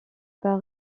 par